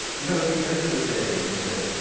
you know at the end of a day when you say,